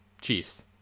Chiefs